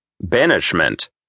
Banishment